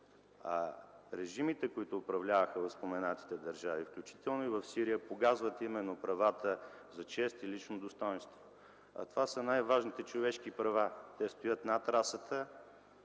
Режимите, които управляваха в споменатите държави, включително и в Сирия, погазват именно правата за чест и лично достойнство. А това са най-важните човешки права. Те стоят над расата,